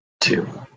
two